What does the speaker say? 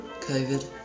COVID